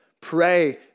Pray